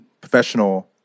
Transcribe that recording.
professional